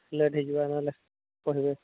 late ହେଇ ଯିବା ନହେଲେ କହିବେ